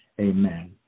Amen